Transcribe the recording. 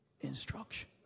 instruction